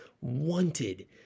wanted